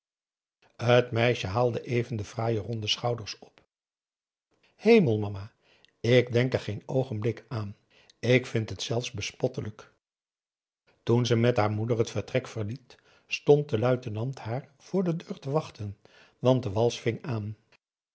het meisje haalde even de fraaie ronde schouders op hemel mama ik denk er geen oogenblik aan ik vind het zelfs bespottelijk toen ze met haar moeder het vertrek verliet stond de luitenant haar voor de deur te wachten want de wals ving aan